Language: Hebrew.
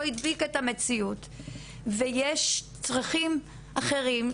הדביקה את המציאות הזו ויש צרכים אחרים,